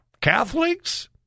Catholics